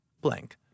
Blank